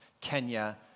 Kenya